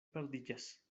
perdiĝas